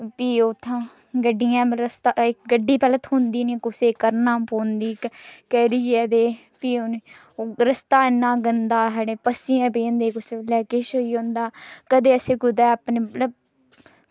ते भी उत्थूं गड्डियें दा रस्ता गड्डी पैह्लें थ्होंदी निं ऐ ते कुसै ई करना पौंदी केह्ड़ी ऐ ते भी उ'नेंगी ते रस्ता इन्ना गंदा ते कुसै बेल्लै पस्सियां पेई जंदियां ते कदें किश होई जंदा ते कदें असें कुतै अपने